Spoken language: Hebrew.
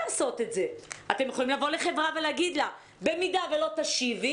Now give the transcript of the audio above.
אתם יכולים לבוא לחברה ולהגיד לה: במידה ולא תשיבי